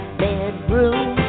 bedroom